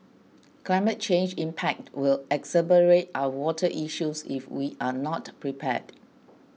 climate change impact will exacerbate our water issues if we are not prepared